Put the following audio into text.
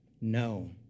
No